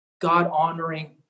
God-honoring